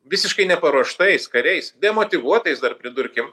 visiškai neparuoštais kariais demotyvuotais dar pridurkim